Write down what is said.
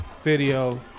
video